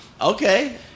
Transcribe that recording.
Okay